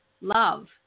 love